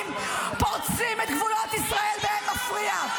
פורצים את גבולות ישראל באין מפריע.